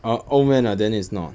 oh old man ah then is not